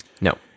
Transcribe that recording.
No